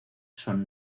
son